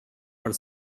for